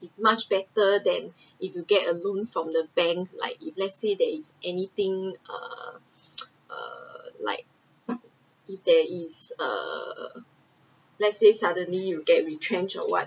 is much better than if you get a loan from the bank like if let’s say there is anything err err like there is err let’s say suddenly you get retrench or what